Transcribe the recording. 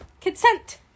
Consent